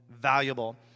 valuable